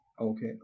Okay